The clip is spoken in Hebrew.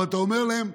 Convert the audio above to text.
אבל אתה אומר להם: